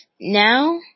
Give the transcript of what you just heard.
now